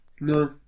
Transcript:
No